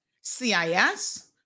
CIS